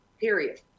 period